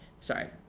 sorry